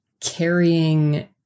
carrying